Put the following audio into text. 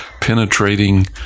penetrating